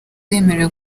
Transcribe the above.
bemerewe